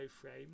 frame